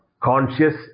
conscious